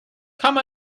come